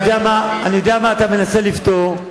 אני יודע מה אתה מנסה לפתור,